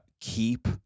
keep